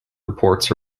reports